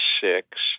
six